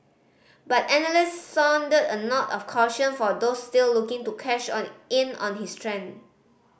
but analysts sounded a note of caution for those still looking to cash on in on his trend